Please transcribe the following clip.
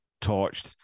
torched